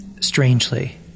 strangely